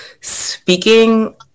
speaking